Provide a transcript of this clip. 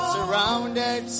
Surrounded